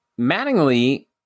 Mattingly